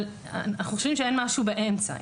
אנחנו חושבים שאין משהו באמצע.